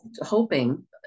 hoping